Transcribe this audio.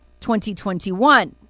2021